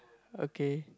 okay